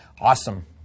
awesome